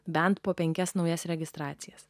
bent po penkias naujas registracijas